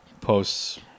posts